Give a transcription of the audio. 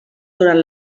durant